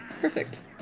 Perfect